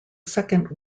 second